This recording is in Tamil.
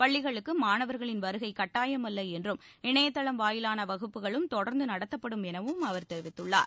பள்ளிகளுக்கு மாணவர்களின் வருகை கட்டாயமல்ல என்றும் இணையதளம் வாயிலான வகுப்புகளும் தொடர்ந்து நடத்தப்படும் எனவும் அவர் தெரிவித்துள்ளார்